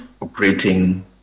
operating